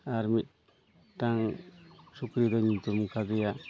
ᱟᱨ ᱢᱤᱫᱴᱟᱝ ᱥᱩᱠᱨᱤᱫᱩᱧ ᱧᱩᱛᱩᱢ ᱟᱠᱟᱫᱮᱭᱟ